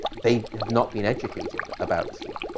they have not been educated about sleep,